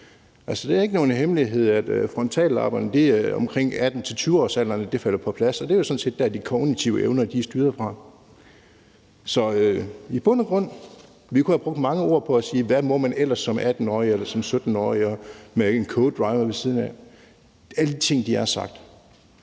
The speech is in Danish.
det er omkring 18-20-årsalderen, frontallapperne falder på plads, og at det jo sådan set er derfra, de kognitive evner er styret. Så i bund og grund kunne vi have brugt mange ord på at sige, hvad man ellers må som 18-årig eller som 17-årig med en codriver ved siden af. Alle de ting er sagt,